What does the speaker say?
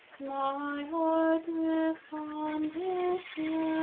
my heart with fondest